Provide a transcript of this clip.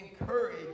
encourage